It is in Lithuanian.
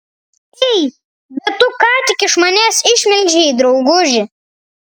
ei bet tu ką tik iš manęs išmelžei drauguži